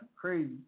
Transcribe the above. Crazy